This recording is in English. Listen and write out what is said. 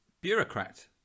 Bureaucrat